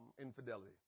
infidelity